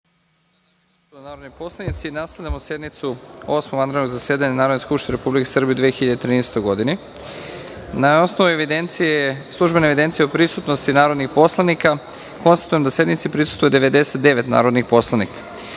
narodni poslanici, nastavljamo rad sednice Osmog vanrednog zasedanja Narodne skupštine Republike Srbije u 2013. godini. Na osnovu službene evidencije o prisutnosti narodnih poslanika, konstatujem da sednici prisustvuje 99 narodnih poslanika. Radi